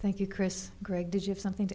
thank you chris greg did you have something to